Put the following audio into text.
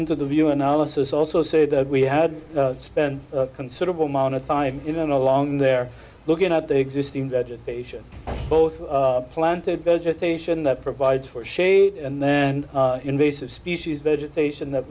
into the view analysis also say that we had spent a considerable amount of time in along there looking at the existing patients both planted vegetation that provides for shade and then invasive species vegetation that